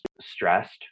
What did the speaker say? stressed